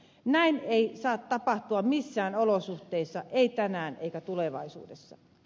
näin ei saa tapahtua missään olosuhteissa ei tänään eikä tulevaisuudessa